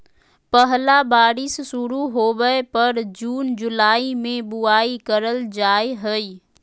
पहला बारिश शुरू होबय पर जून जुलाई में बुआई करल जाय हइ